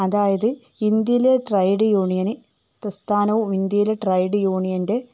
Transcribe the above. അതായത് ഇന്ത്യയിലെ trade union പ്രസ്ഥാനവും ഇന്ത്യയിലെ ട്രേഡ് യൂണിയൻ്റെ